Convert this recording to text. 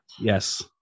Yes